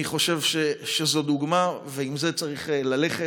אני חושב שזאת דוגמה, ועם זה צריך ללכת.